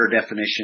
definition